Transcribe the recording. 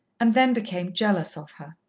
and then became jealous of her.